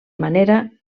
manera